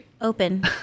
open